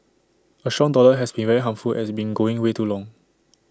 A strong dollar has been very harmful as been going way too long